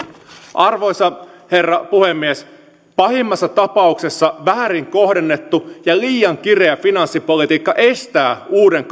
arvoisa herra puhemies pahimmassa tapauksessa väärin kohdennettu ja liian kireä finanssipolitiikka estää uuden